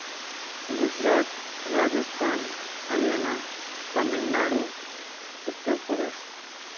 Gujarat Rajasthan Haryana Tamil Nadu Uttar Pradesh